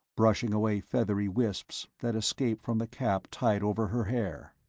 brushing away feathery wisps that escaped from the cap tied over her hair.